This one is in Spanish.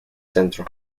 centro